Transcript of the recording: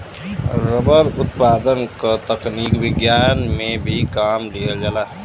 rubber उत्पादन क तकनीक विज्ञान में भी काम लिहल जाला